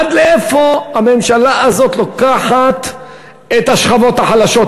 עד לאיפה הממשלה הזאת לוקחת את השכבות החלשות?